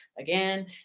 again